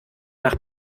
nach